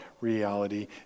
reality